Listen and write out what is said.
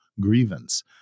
grievance